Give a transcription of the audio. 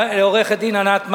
לעורכת-הדין ענת מימון,